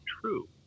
true